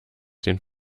den